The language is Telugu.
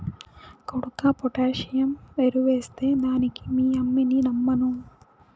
కొడుకా పొటాసియం ఎరువెస్తే దానికి మీ యమ్మిని రమ్మను